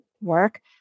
work